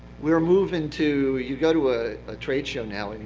we are moving to, you go to a ah trade show now,